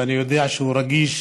ואני יודע שהוא רגיש